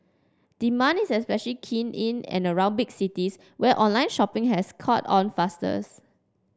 demand is especially keen in and around big cities where online shopping has caught on fastest